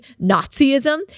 Nazism